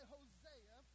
Hosea